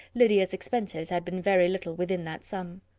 lydia's expenses had been very little within that sum.